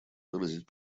выразить